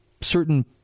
certain